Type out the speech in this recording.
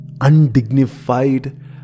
undignified